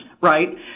right